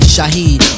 Shaheed